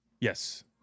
yes